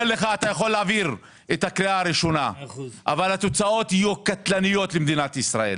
הקריאה הראשונה אבל התוצאות יהיו קטלניות למדינת ישראל,